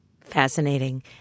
Fascinating